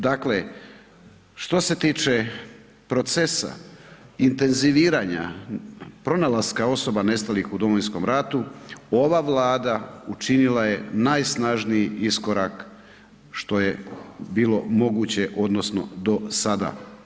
Dakle, što se tiče procesa intenziviranja pronalaska osoba nestalih u Domovinskom ratu, ova Vlada učinila je najsnažniji iskorak što je bilo moguće odnosno do sada.